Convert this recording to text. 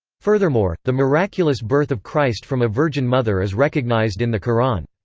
furthermore, the miraculous birth of christ from a virgin mother is recognised in the qur'an.